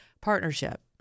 partnership